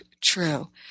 true